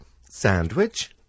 Sandwich